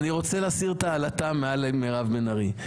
להסיר את העלטה של מירב בן ארי.